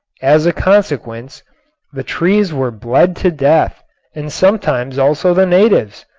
as a consequence the trees were bled to death and sometimes also the natives.